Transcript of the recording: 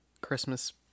Christmas